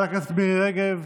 יושבת-ראש הקואליציה גם.